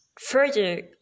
further